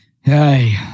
Hey